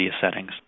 settings